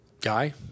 guy